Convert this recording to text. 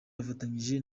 afatanyije